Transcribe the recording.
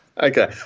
Okay